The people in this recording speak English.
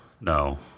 no